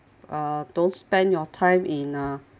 uh don't spend your time in uh